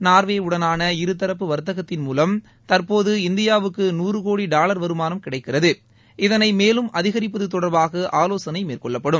Norway உடனான இருதரப்பு வாத்தகத்தின் மூலம் தற்போது இந்தியாவுக்கு நூறு கோடி டாவா் வருமானம் கிடைக்கிறது இதனை மேலும் அதிகரிப்பது தொடர்பாக ஆவோசனை மேற்கொள்ளப்படும்